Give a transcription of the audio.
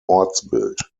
ortsbild